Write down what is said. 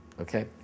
okay